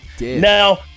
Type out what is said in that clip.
Now